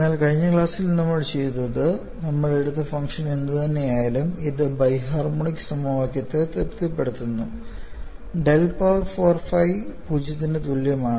എന്നാൽ കഴിഞ്ഞ ക്ലാസ്സിൽ നമ്മൾ ചെയ്തത് നമ്മൾ എടുത്ത ഫംഗ്ഷൻ എന്തുതന്നെയായാലും ഇത് ബൈ ഹാർമോണിക് സമവാക്യത്തെ തൃപ്തിപ്പെടുത്തുന്നു ഡെൽ പവർ 4 ഫൈ 0 ന് തുല്യമാണ്